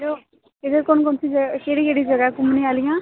hello इद्धर कौन कौन सी जगह् केह्ड़ी केह्ड़ी जगह् ऐ घूमने आह्लियां